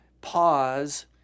pause